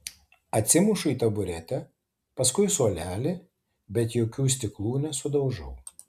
atsimušu į taburetę paskui suolelį bet jokių stiklų nesudaužau